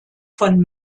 von